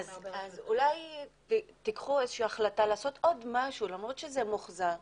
אולי תיקחו איזושהי החלטה לעשות עוד משהו למרות שזה מוחזר.